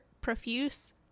profuse